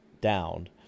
down